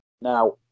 now